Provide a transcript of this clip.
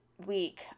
week